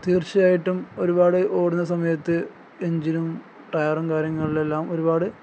തീർച്ചയായിട്ടും ഒരുപാട് ഓടുന്ന സമയത്ത് എഞ്ചിനും ടയറും കാര്യങ്ങളിലെല്ലാം ഒരുപാട്